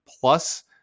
plus